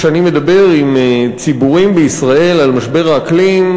כשאני מדבר עם ציבורים בישראל על משבר האקלים,